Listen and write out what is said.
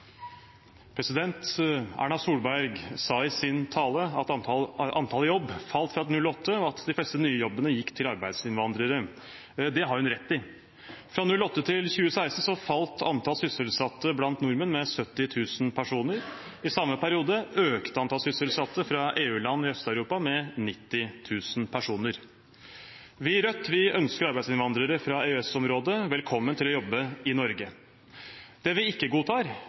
Erna Solberg sa i sin tale at antallet i jobb falt fra 2008, og at de fleste nye jobbene gikk til arbeidsinnvandrere. Det har hun rett i. Fra 2008 til 2016 falt antall sysselsatte blant nordmenn med 70 000 personer. I samme periode økte antall sysselsatte fra EU-land i Øst-Europa med 90 000 personer. Vi i Rødt ønsker arbeidsinnvandrere fra EØS-området velkommen til å jobbe i Norge. Det vi ikke godtar,